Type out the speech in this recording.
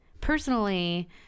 personally